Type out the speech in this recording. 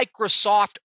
Microsoft